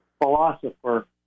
philosopher